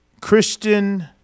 Christian